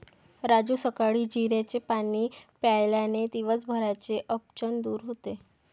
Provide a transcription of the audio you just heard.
राजू सकाळी जिऱ्याचे पाणी प्यायल्याने दिवसभराचे अपचन दूर होते